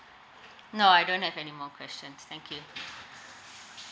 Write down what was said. no I don't have any more questions thank you